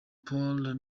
paul